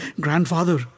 Grandfather